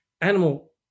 animal